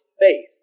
faith